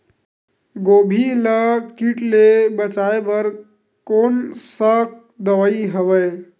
गोभी ल कीट ले बचाय बर कोन सा दवाई हवे?